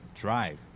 drive